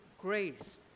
grace